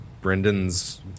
brendan's